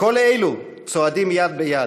כל אלו צועדים יד ביד.